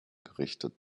gerichtet